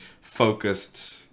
focused